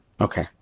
Okay